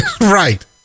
Right